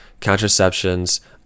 contraceptions